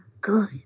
good